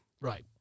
Right